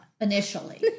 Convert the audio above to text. initially